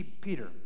Peter